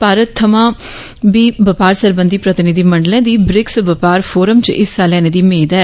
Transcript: भारत थमां बी व्यापार सरबंधी प्रतिनिधिमंडलें दी ब्रिक्स व्यापार फोरम च हिस्सा लैने दी मेद ऐ